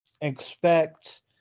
expect